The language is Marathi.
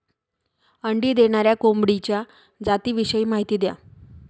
अंडी देणाऱ्या कोंबडीच्या जातिविषयी माहिती द्या